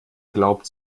glaubt